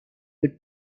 would